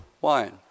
wine